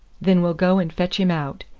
then we'll go and fetch him out,